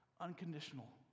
unconditional